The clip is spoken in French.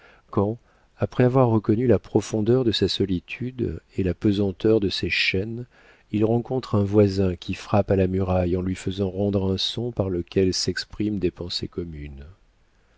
quand après avoir reconnu la profondeur de sa solitude et la pesanteur de ses chaînes il rencontre un voisin qui frappe à la muraille en lui faisant rendre un son par lequel s'expriment des pensées communes